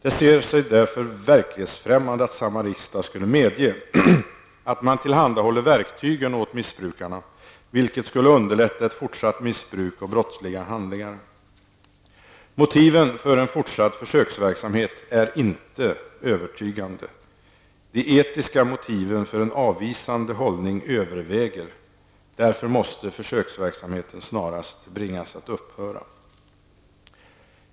Det ter sig därför verklighetsfrämmande att samma riksdag skulle medge att man tillhandahåller missbrukare verktyg, vilket skulle underlätta ett fortsatt missbruk och brottsliga handlingar. Motiven för en fortsatt försöksverksamhet är inte övertygande. De etiska motiven för en avvisande hållning överväger. Därför måste försöksverksamheten snarast bringas att upphöra!